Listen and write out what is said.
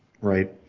Right